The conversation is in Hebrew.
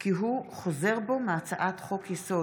כי הוא חוזר בו מהצעת חוק-יסוד: